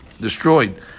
destroyed